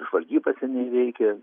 žvalgyba seniai veikia